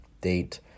date